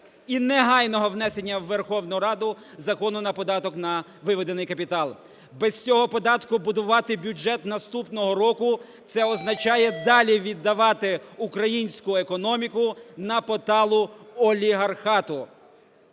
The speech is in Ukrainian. і негайного внесення у Верховну Раду Закону на податок на виведений капітал. Без цього податку будувати бюджет наступного року це означає, далі віддавати українську економіку на поталу олігархату.